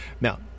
Now